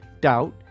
Doubt